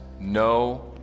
no